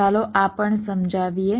ચાલો આ પણ સમજાવીએ